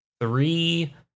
three